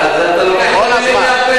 כל הזמן.